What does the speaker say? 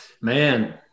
Man